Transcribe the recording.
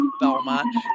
Belmont